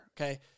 Okay